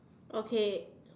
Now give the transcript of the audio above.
okay